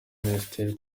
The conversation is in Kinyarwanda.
minisiteri